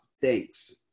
Thanks